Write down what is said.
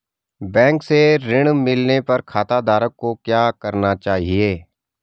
Bank से ऋण मिलने पर खाताधारक को क्या करना चाहिए?